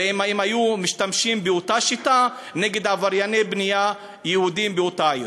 ואם הם היו משתמשים באותה שיטה נגד עברייני בנייה יהודים באותה עיר.